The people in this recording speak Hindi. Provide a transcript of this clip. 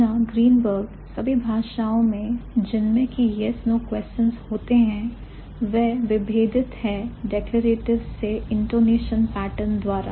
पुनः Greenberg सभी भाषाओं में जिनमें की yes no questions होते हैं वह विभेदित हैं declaratives से intonation pattern द्वारा